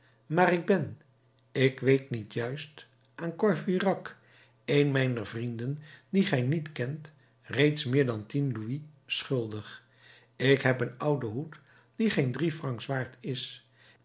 maar ik ben ik weet niet juist aan courfeyrac een mijner vrienden dien gij niet kent reeds meer dan tien louis schuldig ik heb een ouden hoed die geen drie francs waard is